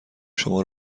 شما